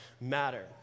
matter